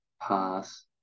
pass